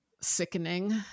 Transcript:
sickening